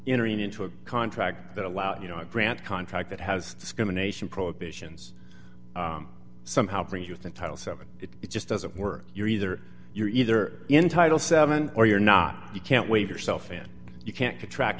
entering into a contract that allows you know a grant contract that has discrimination prohibitions somehow bring you that title seven it just doesn't work you're either you're either entitle seven or you're not you can't waive yourself in you can't contract